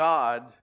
God